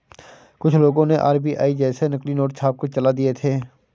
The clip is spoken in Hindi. कुछ लोगों ने आर.बी.आई जैसे नकली नोट छापकर चला दिए थे